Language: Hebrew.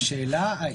השאלה אם